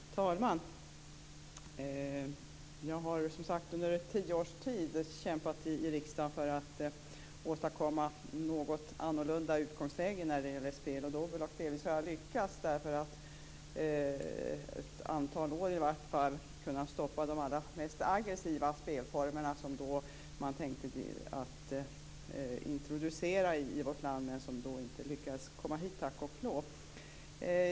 Fru talman! Jag har som sagt under tio års tid kämpat i riksdagen för att åstadkomma ett något annorlunda utgångsläge när det gäller spel och dobbel. Delvis har jag lyckats. Ett antal år har jag kunnat stoppa de allra mest aggressiva spelformerna som man tänkt introducera i vårt land men som tack och lov inte lyckats komma hit.